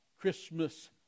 Christmas